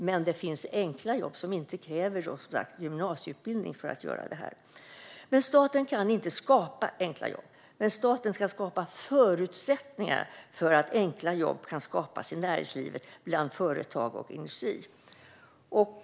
Men det finns enkla jobb som inte kräver gymnasieutbildning. Staten kan inte skapa enkla jobb. Men staten ska skapa förutsättningar för att enkla jobb kan skapas i näringslivet, bland företag och i industrin.